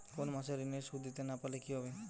কোন মাস এ ঋণের সুধ দিতে না পারলে কি হবে?